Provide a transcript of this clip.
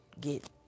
get